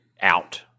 out